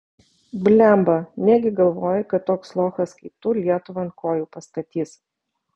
blemba negi galvoji kad toks lochas kaip tu lietuvą ant kojų pastatys